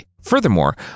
Furthermore